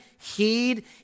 heed